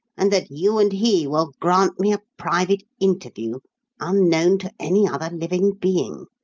and that you and he will grant me a private interview unknown to any other living being.